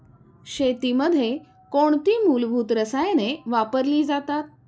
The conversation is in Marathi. शेतीमध्ये कोणती मूलभूत रसायने वापरली जातात?